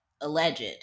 alleged